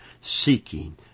seeking